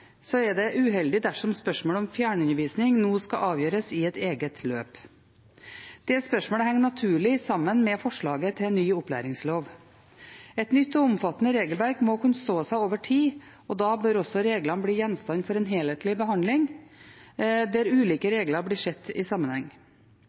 er det uheldig dersom spørsmål om fjernundervisning nå skal avgjøres i et eget løp. Det spørsmålet henger naturlig sammen med forslaget til ny opplæringslov. Et nytt og omfattende regelverk må kunne stå seg over tid, og da bør også reglene bli gjenstand for en helhetlig behandling der ulike